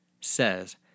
says